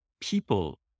people